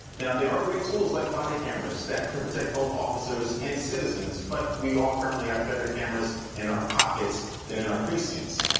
now, there are great tools like body cameras that to protect both officers and citizens, but we all currently have better cameras in our pockets than in our precincts.